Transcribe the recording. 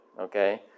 okay